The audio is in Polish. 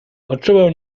odczuwał